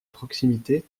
proximité